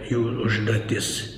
jų užduotis